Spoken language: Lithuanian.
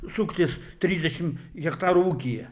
suktis trisdešimt hektarų ūkyje